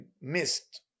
missed